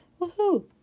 Woohoo